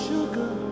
Sugar